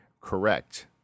correct